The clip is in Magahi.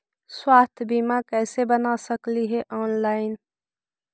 स्वास्थ्य बीमा कैसे बना सकली हे ऑनलाइन?